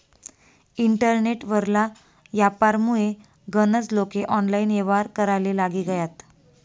internet वरला यापारमुये गनज लोके ऑनलाईन येव्हार कराले लागी गयात